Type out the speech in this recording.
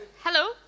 Hello